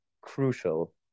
crucial